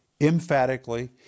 emphatically